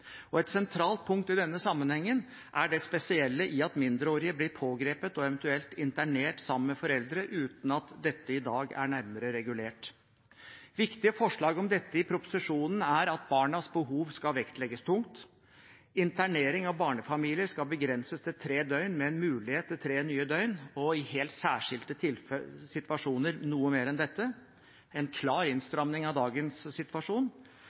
Et sentralt punkt i denne sammenhengen er det spesielle at mindreårige blir pågrepet og eventuelt internert sammen med foreldre, uten at dette i dag er nærmere regulert. Viktige forslag om dette i proposisjonen er: Barnas behov skal vektlegges tungt. Internering av barnefamilier skal begrenses til tre døgn, med en mulighet til tre nye døgn, og i helt særskilte situasjoner noe mer enn dette – en klar innstramning av dagens situasjon.